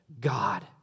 God